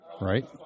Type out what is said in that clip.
right –